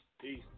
Peace